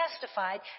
testified